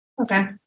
Okay